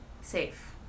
safe